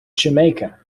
jamaica